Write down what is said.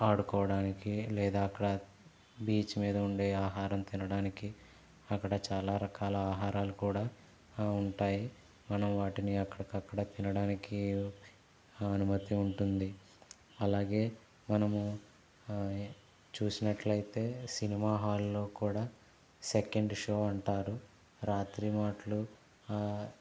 ఆడుకోవడానికి లేదా అక్కడ బీచ్ మీద ఉండే ఆహారం తినడానికి అక్కడ చాలా రకాల ఆహారాలు కూడా ఉంటాయి మనం వాటిని అక్కడికక్కడే తినడానికి అనుమతి ఉంటుంది అలాగే మనము చూసినట్లయితే సినిమా హాల్లో కూడా సెకండ్ షో అంటారు రాత్రి మాట్లు